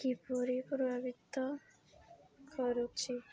କିପରି ପ୍ରଭାବିତ କରୁଛି